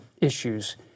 issues